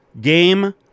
game